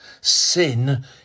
Sin